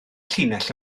llinell